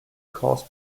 cause